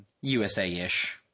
USA-ish